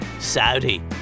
Saudi